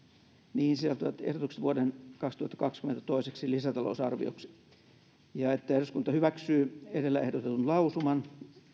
niihin sisältyvät ehdotukset vuoden kaksituhattakaksikymmentä toiseksi lisätalousarvioksi ja että eduskunta hyväksyy edellä ehdotetun lausuman